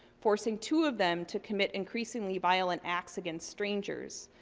forcing two of them to commit increasingly violent acts against strangers,